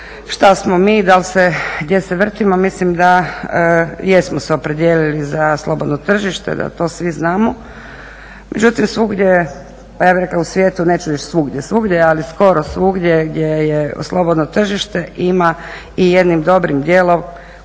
što smo mi, gdje se vrtimo? Mislim da jesmo se opredijelili za slobodno tržište, da to svi znamo, međutim svugdje pa ja bih rekla u svijetu, neću reći svugdje, ali skoro svugdje gdje je slobodno tržište ima i jednim dobrim dijelom